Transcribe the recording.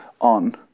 on